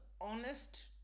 honest